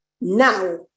Now